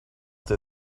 they